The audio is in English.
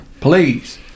please